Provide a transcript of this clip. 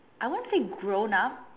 I won't say grown up